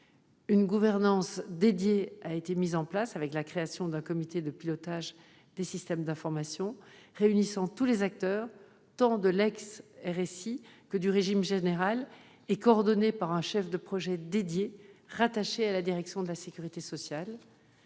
Une gouvernance dédiée a été mise en place, avec la création d'un comité de pilotage des systèmes d'information réunissant tous les acteurs, tant de l'ex-RSI que du régime général, et coordonné par un chef de projet dédié rattaché à la direction de la sécurité sociale.